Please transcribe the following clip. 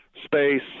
space